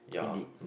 indeed indeed